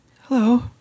Hello